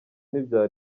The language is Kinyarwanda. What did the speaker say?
n’ibya